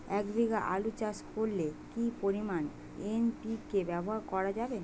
এক বিঘে আলু চাষ করলে কি পরিমাণ এন.পি.কে ব্যবহার করা যাবে?